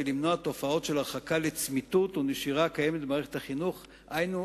ולמנוע תופעות של הרחקה לצמיתות ונשירה הקיימות במערכת החינוכית.